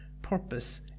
purpose